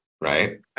Right